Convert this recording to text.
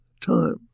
time